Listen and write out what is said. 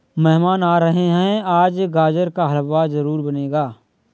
मेहमान आ रहे है, आज गाजर का हलवा जरूर बनेगा